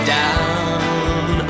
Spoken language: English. down